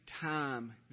time